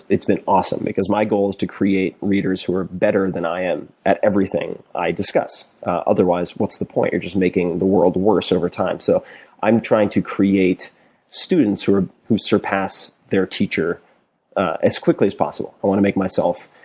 it's been awesome. because my goal is to create readers who are better than i am at everything i discuss. otherwise, what's the point? you're just making the world worse over time. so i'm trying to create students who surpass their teacher ah as quickly as possible. i want to make myself